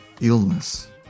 illness